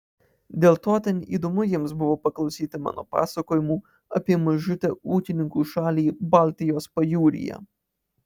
dėl to ten įdomu jiems buvo paklausyti mano pasakojimų apie mažutę ūkininkų šalį baltijos pajūryje